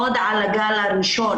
עוד על הגל הראשון,